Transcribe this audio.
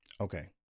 Okay